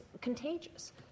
contagious